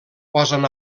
posen